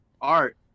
art